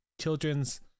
children's